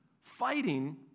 fighting